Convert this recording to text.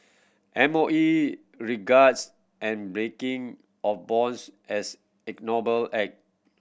M O E regards and breaking of bonds as ignoble act